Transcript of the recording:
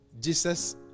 Jesus